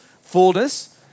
fullness